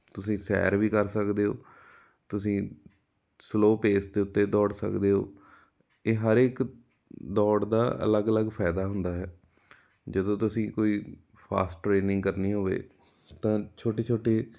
ਤੁਸੀਂ ਸੈਰ ਵੀ ਕਰ ਸਕਦੇ ਹੋ ਤੁਸੀਂ ਸਲੋਅ ਪੇਸ ਦੇ ਉੱਤੇ ਦੌੜ ਸਕਦੇ ਹੋ ਇਹ ਹਰ ਇੱਕ ਦੌੜ ਦਾ ਅਲੱਗ ਅਲੱਗ ਫਾਇਦਾ ਹੁੰਦਾ ਹੈ ਜਦੋਂ ਤੁਸੀਂ ਕੋਈ ਫਾਸਟ ਟਰੇਨਿੰਗ ਕਰਨੀ ਹੋਵੇ ਤਾਂ ਛੋਟੇ ਛੋਟੇ